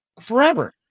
forever